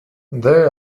they